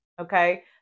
okay